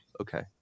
Okay